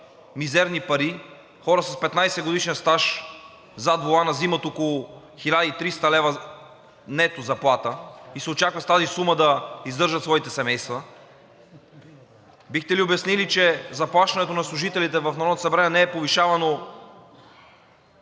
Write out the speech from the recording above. мизерни пари. Хора с 15-годишен стаж зад волана взимат около 1300 лв. нето заплата и се очаква с тази сума да издържат своите семейства? Бихте ли обяснили, че заплащането на служителите в Народното